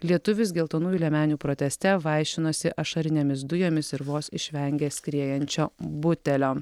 lietuvis geltonųjų liemenių proteste vaišinosi ašarinėmis dujomis ir vos išvengė skriejančio butelio